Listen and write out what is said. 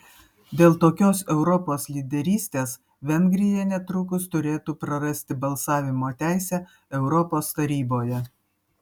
dėl tokios europos lyderystės vengrija netrukus turėtų prarasti balsavimo teisę europos taryboje